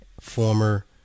former